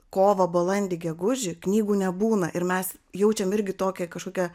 kovą balandį gegužį knygų nebūna ir mes jaučiam irgi tokią kažkokią